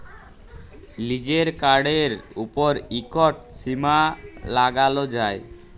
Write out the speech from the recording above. লিজের কাড়ের উপর ইকট সীমা লাগালো যায়